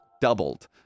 doubled